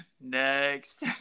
Next